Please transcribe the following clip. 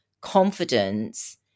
confidence